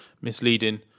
misleading